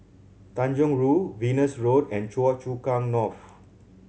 Tanjong Rhu Venus Road and Choa Chu Kang North